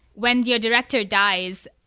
when your director dies,